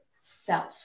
self